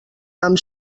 amb